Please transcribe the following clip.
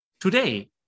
today